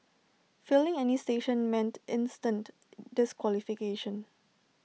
failing any station meant instant disqualification